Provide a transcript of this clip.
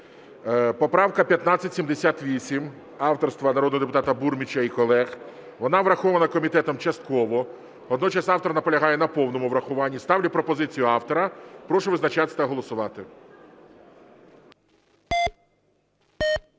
Поправка 1578 авторства народного депутата Бурміча і колег. Вона врахована комітетом частково. Водночас автор наполягає на повному врахуванні. Ставлю пропозицію автора. Прошу визначатися та голосувати.